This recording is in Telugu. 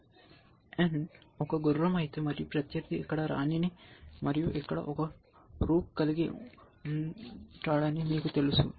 ఒక గుర్రం ఉంటే n ఒక గుర్రం అయితే మరియు ప్రత్యర్థి ఇక్కడ రాణిని మరియు ఇక్కడ ఒక రూక్ కలిగి ఉందని మీకు తెలుసు